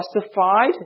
justified